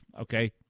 okay